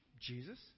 Jesus